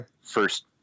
first